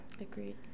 Agreed